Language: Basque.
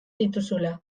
dituzula